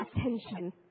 attention